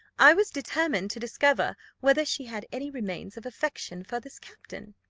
i was determined to discover whether she had any remains of affection for this captain.